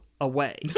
away